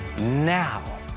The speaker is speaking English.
now